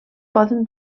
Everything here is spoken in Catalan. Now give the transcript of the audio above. poden